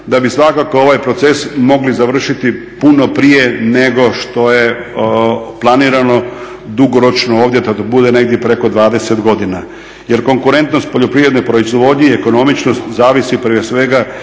da bi svakako ovaj proces mogli završiti puno prije nego što je planirano dugoročno da bude negdje preko 20 godina. jer konkurentnost poljoprivredne proizvodnje i ekonomičnost zavisi prije svega